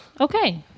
Okay